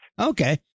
Okay